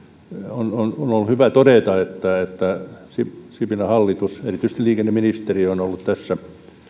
on ollut hyvä todeta että sipilän hallitus erityisesti liikenneministeriö on ollut tässä